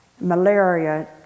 malaria